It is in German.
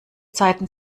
zeiten